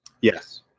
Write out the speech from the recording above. yes